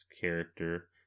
character